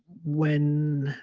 when